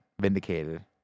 Vindicated